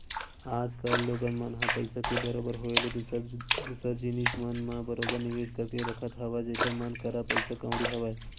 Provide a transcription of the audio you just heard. आज कल लोगन मन ह पइसा के बरोबर होय ले दूसर दूसर जिनिस मन म बरोबर निवेस करके रखत हवय जेखर मन करा पइसा कउड़ी हवय